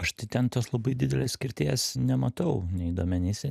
aš tai ten tos labai didelės skirties nematau nei duomenyse